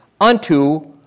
unto